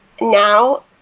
now